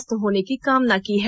स्थत होने की कामना की है